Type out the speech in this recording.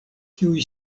kiuj